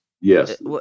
Yes